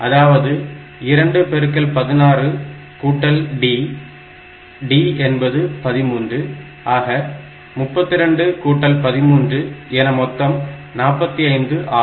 அதாவது 2 பெருக்கல் 16 கூட்டல் D D என்பது 13 ஆக 32 கூட்டல் 13 என மொத்தம் 45 ஆகும்